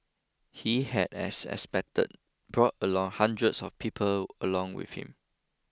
he had as expected brought along hundreds of people along with him